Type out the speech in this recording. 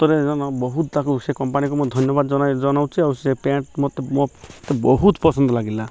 ବହୁତ ତାକୁ ସେ କମ୍ପାନୀକୁ ମୁଁ ଧନ୍ୟବାଦ ଜଣାଉଛି ଆଉ ସେ ପ୍ୟାଣ୍ଟ୍ ମତେ ମୋ ବହୁତ ପସନ୍ଦ ଲାଗିଲା